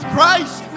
Christ